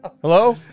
Hello